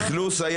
את האכלוס עצמו?